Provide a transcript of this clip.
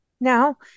now